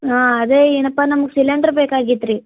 ಹಾಂ ಅದೇ ಏನಪ್ಪ ನಮ್ಗ ಸಿಲಿಂಡರ್ ಬೇಕಾಗಿತ್ತು ರೀ